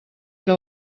era